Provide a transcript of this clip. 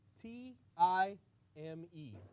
T-I-M-E